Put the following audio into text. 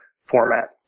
format